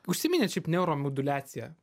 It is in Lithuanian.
užsiminėt šiaip neuromoduliacija